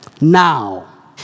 Now